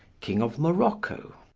king of morocco.